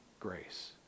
grace